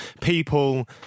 people